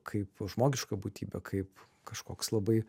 kaip žmogiška būtybė kaip kažkoks labai